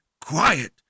Quiet